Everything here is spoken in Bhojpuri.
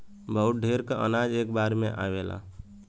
बहुत ढेर क अनाज एक बार में आवेला